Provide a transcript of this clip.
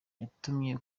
yatumye